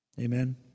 Amen